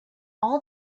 all